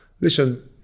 Listen